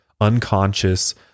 unconscious